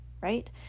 Right